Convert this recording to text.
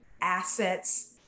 assets